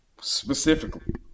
Specifically